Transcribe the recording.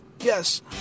yes